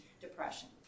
depression